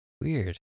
Weird